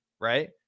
right